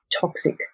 toxic